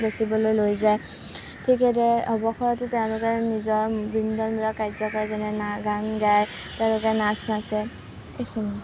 বেচিবলৈ লৈ যায় ঠিক সেইদৰে অৱসৰটো তেওঁলোকে নিজৰ বিনোদনমূলক কাৰ্য কৰে যেনে না গান গায় তেওঁলোকে নাচ নাচে এইখিনিয়ে